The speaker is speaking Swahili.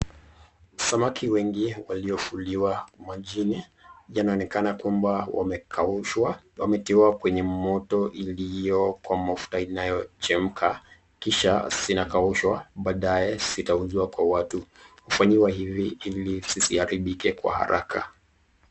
Samaki wengi waliofuliwa majini, yanaonekana kuwamba wamekaushwa. Wametiwa kwenye moto iliyo kwa mafuta inayochemka kisha sina kukaushwa baadae inauzwa kwa watu, hufanyiwa hizi zisiharibike haraka.